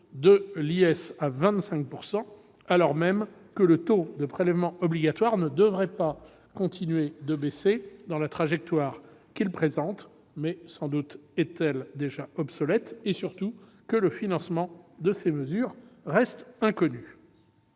sociétés à 25 %, alors même que le taux de prélèvements obligatoires ne devrait pas continuer de baisser dans la trajectoire qu'il présente- mais sans doute est-elle déjà obsolète -et surtout que le financement de ces mesures reste inconnu.